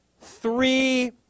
three